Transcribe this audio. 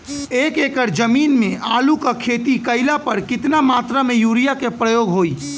एक एकड़ जमीन में आलू क खेती कइला पर कितना मात्रा में यूरिया क प्रयोग होई?